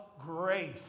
grace